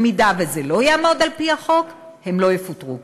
אם זה לא יעמוד על-פי החוק, הם לא יפוטרו.